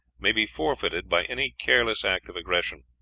may be forfeited by any careless act of aggression.